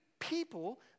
People